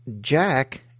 jack